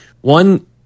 one